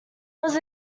was